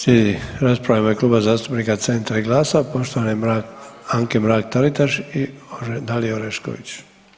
Slijedi rasprava u ime Kluba zastupnika Centra i GLAS-a poštovane Anke Mrak Taritaš i Dalije Orešković.